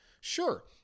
sure